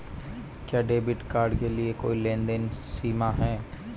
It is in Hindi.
क्या डेबिट कार्ड के लिए कोई लेनदेन सीमा है?